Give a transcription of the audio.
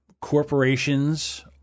corporations